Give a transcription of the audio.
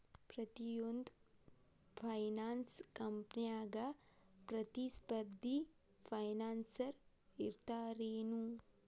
ಪ್ರತಿಯೊಂದ್ ಫೈನಾನ್ಸ ಕಂಪ್ನ್ಯಾಗ ಪ್ರತಿಸ್ಪರ್ಧಿ ಫೈನಾನ್ಸರ್ ಇರ್ತಾರೆನು?